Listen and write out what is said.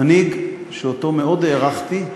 מנהיג שמאוד הערכתי,